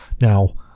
now